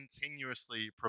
continuously